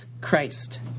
Christ